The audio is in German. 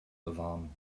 bewahren